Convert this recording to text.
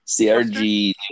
CRG